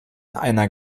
einer